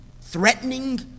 threatening